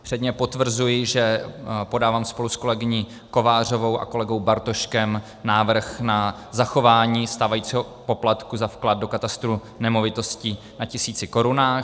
Předně potvrzuji, že podávám spolu s kolegyní Kovářovou a kolegou Bartoškem návrh na zachování stávajícího poplatku za vklad do katastru nemovitostí na tisíci korunách.